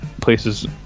places